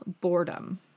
boredom